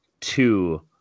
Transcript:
two